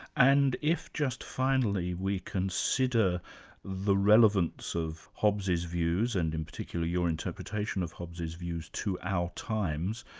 and if, just finally, we consider the relevance of hobbes' views and in particular your interpretation of hobbes' views, to our times,